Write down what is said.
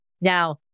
Now